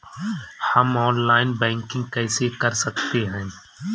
हम online banking कैसे कर सकते हैं?